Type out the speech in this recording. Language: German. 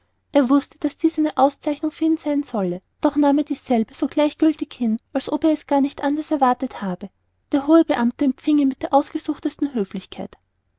er wußte daß dies eine auszeichnung für ihn sein solle doch nahm er dieselbe so gleichmüthig hin als ob er es gar nicht anders erwartet habe der hohe beamte empfing ihn mit der ausgesuchtesten höflichkeit